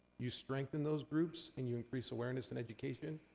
you strengthen those groups, and you increase awareness and education,